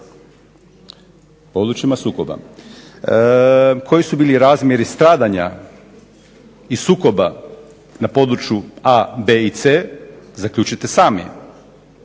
Područjima sukoba. Koji su bili razmjeri stradanja i sukoba na području a, b i c zaključite sami.